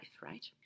right